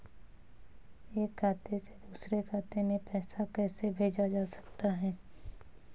एक खाते से दूसरे खाते में पैसा कैसे भेजा जा सकता है?